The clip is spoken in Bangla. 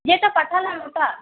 যেটা পাঠালাম ওটা